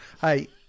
Hey